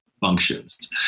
functions